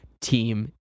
team